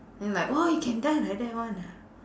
then like !wow! you can die like that [one] ah